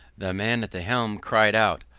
the man at the helm cried out,